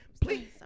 please